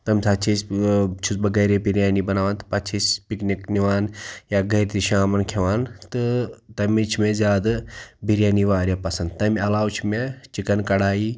تَمہِ ساتہٕ چھِ أسۍ چھُس بہٕ گَرے بِریانی بَناوان تہٕ پَتہٕ چھِ أسۍ پِکنِک نِوان یا گَرِ تہِ شامَن کھٮ۪وان تہٕ تَمہِ وِز چھِ مےٚ زیادٕ بِریانی واریاہ پَسنٛد تَمہِ علاوٕ چھِ مےٚ چِکَن کَڑایی